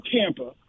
Tampa